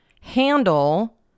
handle